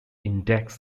index